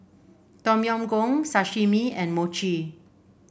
Tom Yam Goong Sashimi and Mochi